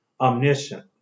omniscient